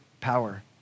power